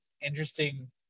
interesting